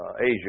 Asia